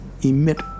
emit